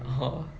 oh